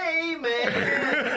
Amen